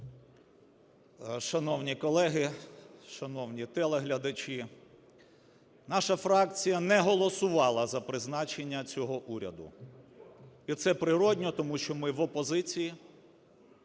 Шановні колеги, шановні телеглядачі, наша фракція не голосувала за призначення цього уряду, і це природно, тому що ми в опозиції.